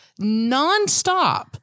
nonstop